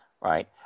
right